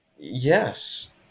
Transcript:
Yes